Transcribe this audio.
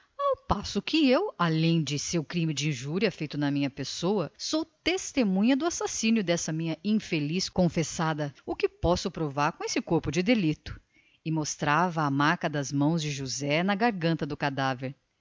ao passo que eu além do crime de injúria consumado na minha sagrada pessoa sou testemunha do assassínio desta minha infeliz e inocente confessada assassínio que facilmente documentarei com o corpo de delito que aqui está e mostrava a marca das mãos de josé na garganta do cadáver